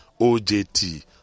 OJT